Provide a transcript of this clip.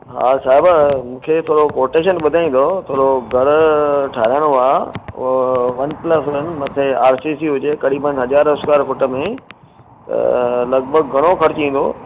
हा साहिबु मूंखे थोरो कोटेशन ॿुधाईंदो थोरो घरु ठाहिराइणो आहे उहो वन प्लस वन मथे आर सी सी हुजे क़रीबनि हज़ार स्कवेर फुट में लॻभॻि घणो ख़र्चु ईंदो